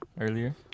earlier